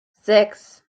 sechs